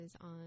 on